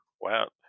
Wow